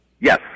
Yes